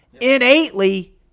innately